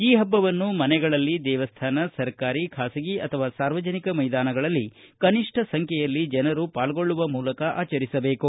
ಈ ಪಬ್ಬವನ್ನು ಮನೆಗಳಲ್ಲಿ ದೇವಸ್ಥಾನ ಸರ್ಕಾರಿ ಖಾಸಗಿ ಅಥವಾ ಸಾರ್ವಜನಿಕ ಮೈದಾನಗಳಲ್ಲಿ ಕನಿಷ್ಠ ಸಂಖ್ಯೆಯಲ್ಲಿ ಜನರು ಪಾಲ್ಗೊಳ್ಳುವ ಮೂಲಕ ಆಚರಿಸಬೇಕು